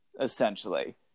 essentially